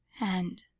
And